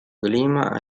clima